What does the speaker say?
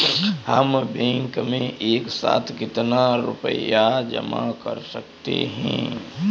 हम बैंक में एक साथ कितना रुपया जमा कर सकते हैं?